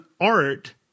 art